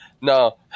no